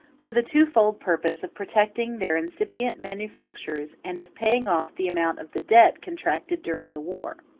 for the twofold purpose of protecting their incipient manufactures and of paying off the amount of the debt contracted during the war.